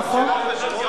נכון.